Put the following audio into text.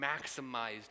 maximized